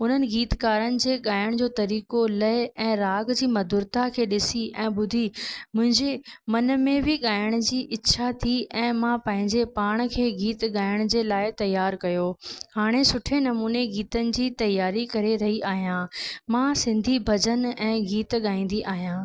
उन्हनि गीतकारनि ॻाइण जे ॻाइण जो तरीक़ो लए ऐं राॻ जी मधुरता खे ॾिसी ऐं ॿुधी मुंहिंजे मन में बि ॻाइण जी इछा थी ऐं मां पंहिंजे पाण खे गीत ॻाइण जे लाइ तियारु कयो हाणे सुठे नमूने गीतनि जी तियारी करे रही आहियां मां सिंधी भॼन ऐं गीत ॻाईंदी आहियां